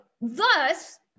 Thus